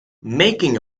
making